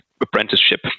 apprenticeship